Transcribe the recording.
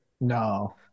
No